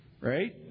Right